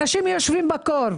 אנשים יושבים בקור.